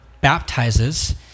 baptizes